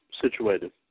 situated